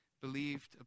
believed